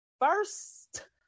first